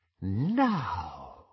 Now